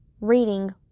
reading